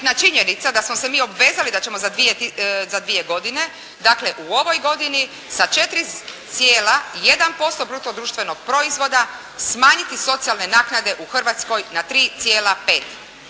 činjenica da smo se mi obvezali da ćemo za 2 godine, dakle u ovoj godini sa 4,1% bruto društvenog proizvoda smanjiti socijalne naknade u Hrvatskoj na 3,5.